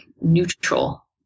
neutral